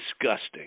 disgusting